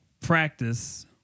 practice